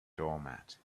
doormat